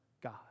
God